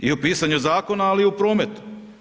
I u pisanju zakona, ali i u prometu.